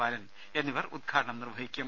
ബാലൻ എന്നിവർ ഉദ്ഘാടനം നിർവഹിക്കും